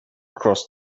crossed